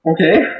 Okay